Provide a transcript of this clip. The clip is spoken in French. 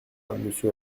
monsieur